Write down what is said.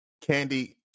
Candy